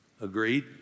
agreed